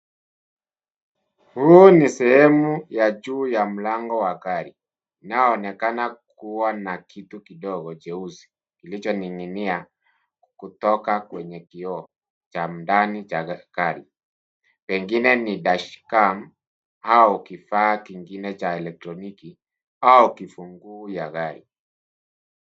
Huu ni sehemu ya juu ya mlango wa gari unaoonekana kuwa na kitu kidogo cheusi, kilichoning'inia kutoka kwenye kioo cha ndani cha gari pengine ni dash cam au kifaa kingine cha elektroniki au kifunguu cha gari.